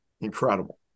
incredible